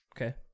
okay